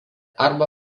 arba